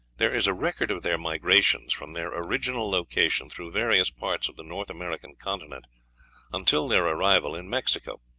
there is a record of their migrations from their original location through various parts of the north american continent until their arrival in mexico.